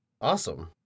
Awesome